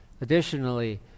Additionally